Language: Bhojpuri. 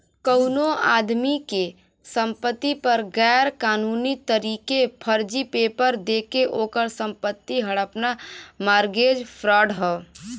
कउनो आदमी के संपति पर गैर कानूनी तरीके फर्जी पेपर देके ओकर संपत्ति हड़पना मारगेज फ्राड हौ